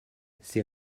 ces